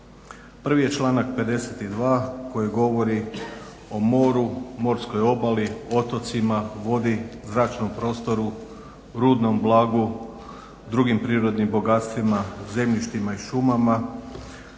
Prvi je članak 52. koji govori o moru, morskoj obali, otocima, vodi, zračnom prostoru, rudnom blagu, drugim prirodnim bogatstvima, zemljištima i šumama